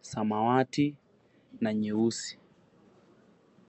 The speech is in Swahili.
samawati na nyeusi.